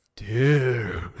Dude